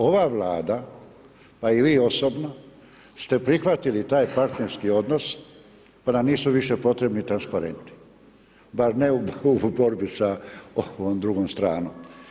Ova Vlada pa i vi osobno ste prihvatili taj partnerski odnos, pa nam nisu više potrebni transparenti, bar ne u borbi sa ovom drugom stranom.